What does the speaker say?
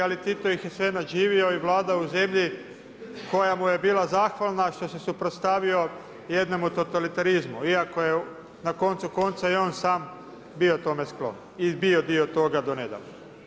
Ali Tito ih je sve nadživio i vladao u zemlji koja mu je bila zahvalna što se suprotstavio jednomu totalitarizmu, iako je na koncu konca i on sam bio tome sklon i bio dio toga do nedavno.